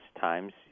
times